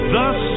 Thus